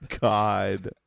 God